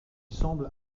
semble